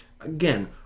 again